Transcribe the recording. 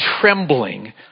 Trembling